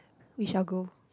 we shall go